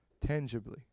tangibly